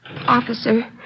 Officer